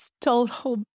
total